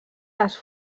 les